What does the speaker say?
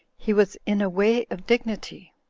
he was in a way of dignity,